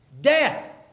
Death